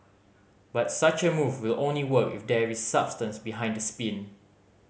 but such a move will only work if there is substance behind the spin